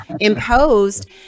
imposed